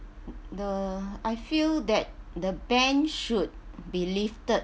the I feel that the ban should be lifted